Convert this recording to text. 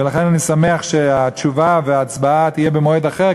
ולכן אני שמח שהתשובה וההצבעה יהיו במועד אחר,